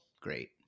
great